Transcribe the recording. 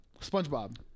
SpongeBob